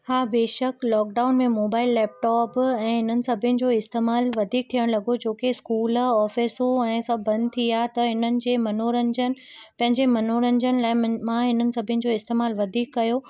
हा बेशकु लॉकडाउन में मोबाइल लैपटॉप ऐं इन्हनि सभिनि जो इस्तेमालु वधीक थियण लॻो छो की इस्कूल ऑफ़िसू ऐं सब बंदि थी विया त इन्हनि जे मनोरंजन पंहिंजे मनोरंजन लाइ मां इन्हनि सभिनि जो इस्तेमालु वधीक कयो